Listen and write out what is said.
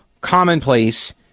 commonplace